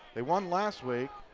they won last week.